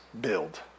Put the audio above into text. build